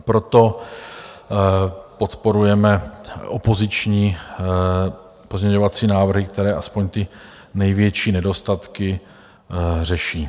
Proto podporujeme opoziční pozměňovací návrhy, které aspoň ty největší nedostatky řeší.